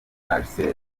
marcel